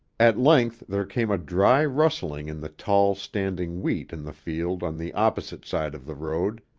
at length there came a dry rustling in the tall standing wheat in the field on the opposite side of the road,